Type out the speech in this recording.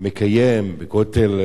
מקיים בכותל,